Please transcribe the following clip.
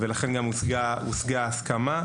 ולכן גם הושגה ההסכמה.